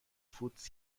فودز